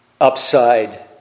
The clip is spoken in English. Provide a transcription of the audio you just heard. upside